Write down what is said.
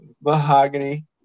mahogany